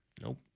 Nope